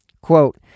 Quote